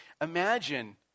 imagine